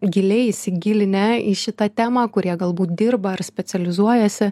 giliai įsigilinę į šitą temą kurie galbūt dirba ar specializuojasi